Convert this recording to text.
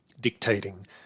dictating